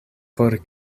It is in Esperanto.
por